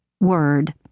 word